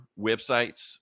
websites